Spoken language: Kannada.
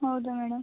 ಹೌದು ಮೇಡಮ್